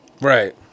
Right